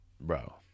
bro